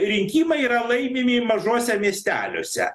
rinkimai yra laimimi mažuose miesteliuose